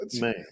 man